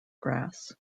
grass